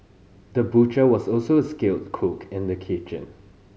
the butcher was also a skilled cook in the kitchen